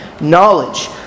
knowledge